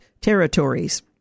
territories